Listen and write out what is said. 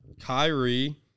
Kyrie